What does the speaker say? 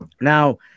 Now